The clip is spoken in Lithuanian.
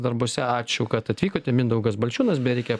darbuose ačiū kad atvykote mindaugas balčiūnas beje reikia